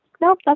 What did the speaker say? Nope